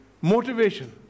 Motivation